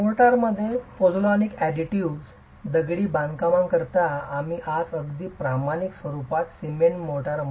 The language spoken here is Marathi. मोर्टारमध्येच पोझोलॉनिक अडिटिव्ह दगडी बांधकामांकरिता आम्ही आज अगदी प्रमाणित स्वरूपात सीमेंट मोर्टार वापरतो